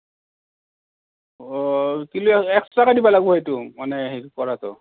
অঁ কিলো এশকৈ দিব লাগিব সেইটো মানে সেই কৰাটো